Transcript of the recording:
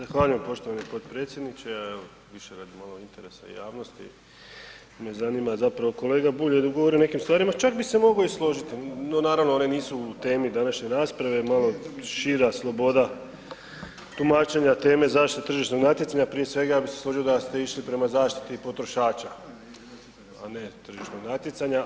Zahvaljujem poštovani potpredsjedniče, evo više radi malo interesa javnosti me zanima zapravo kolega Bulj je govorio o nekim stvarima, čak bi se mogo i složiti, no naravno one nisu u temi današnje rasprave, malo šira sloboda tumačenja teme zaštite tržišnog natjecanja, prije svega ja bi se složio da ste išli prema zaštiti potrošača, a ne tržišnog natjecanja.